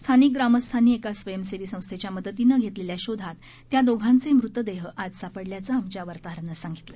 स्थानिक ग्रामस्थांनी एका स्वयंसेवी संस्थेच्या मदतीनं घेतलेल्या शोधात त्या दोघांचे मृतदेह आज सापडल्याचं आमच्या वार्ताहरानं सांगितलं